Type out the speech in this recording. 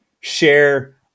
share